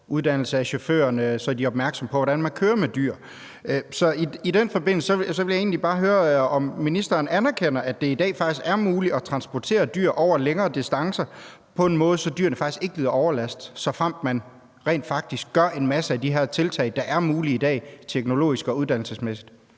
uddannelse af chaufførerne, så de er opmærksomme på, hvordan man kører med dyr. Så i den forbindelse vil jeg egentlig bare høre, om ministeren anerkender, at det i dag faktisk er muligt at transportere dyr over længere distancer på en måde, hvor dyrene ikke lider overlast, såfremt man rent faktisk gør en masse af de her tiltag, der er mulige i dag teknologisk og uddannelsesmæssigt.